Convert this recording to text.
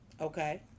Okay